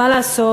מה לעשות,